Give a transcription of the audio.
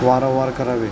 वारंवार करावे